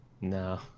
No